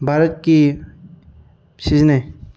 ꯚꯥꯔꯠꯀꯤ ꯁꯤꯖꯤꯟꯅꯩ